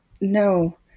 No